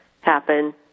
happen